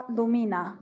lumina